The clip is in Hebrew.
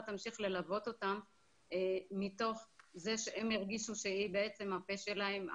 תמשיך ללוות אותם מתוך זה שהם הרגישו שהיא הפה שלהם,